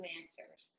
answers